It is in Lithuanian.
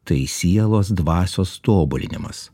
tai sielos dvasios tobulinimas